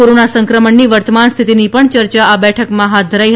corona સંક્રમણની વર્તમાન સ્થિતિની પણ ચર્ચા આ બેઠકમાં હાથ ધરાઈ